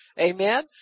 Amen